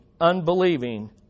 unbelieving